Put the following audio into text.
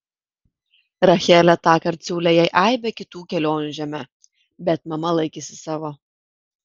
rachelė tąkart siūlė jai aibę kitų kelionių žeme bet mama laikėsi savo